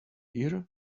here